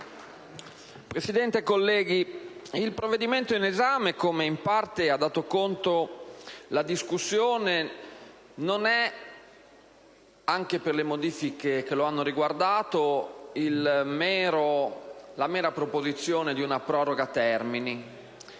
Presidente, colleghi, il provvedimento in esame, come in parte ha evidenziato la discussione, non è, anche per le modifiche che lo hanno riguardato, la mera proposizione di una proroga termini.